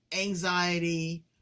anxiety